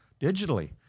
digitally